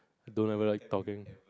I don't ever like talking